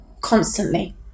constantly